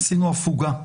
עשינו הפוגה.